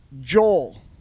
Joel